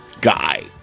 guy